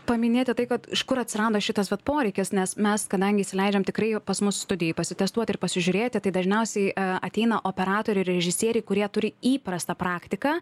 paminėti tai kad iš kur atsirado šitas vat poreikis nes mes kadangi įsileidžiam tikrai pas mus studijoj pasitestuoti ir pasižiūrėti tai dažniausiai ateina operatoriai režisieriai kurie turi įprastą praktiką